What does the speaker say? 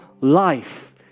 life